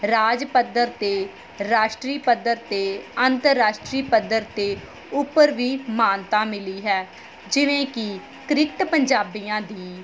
ਰਾਜ ਪੱਧਰ 'ਤੇ ਰਾਸ਼ਟਰੀ ਪੱਧਰ 'ਤੇ ਅੰਤਰਰਾਸ਼ਟਰੀ ਪੱਧਰ 'ਤੇ ਉੱਪਰ ਵੀ ਮਾਨਤਾ ਮਿਲੀ ਹੈ ਜਿਵੇਂ ਕਿ ਕ੍ਰਿਕਟ ਪੰਜਾਬੀਆਂ ਦੀ